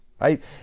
Right